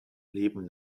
leben